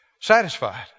satisfied